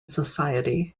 society